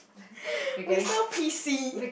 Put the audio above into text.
we so p_c